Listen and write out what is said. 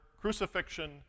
crucifixion